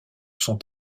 sont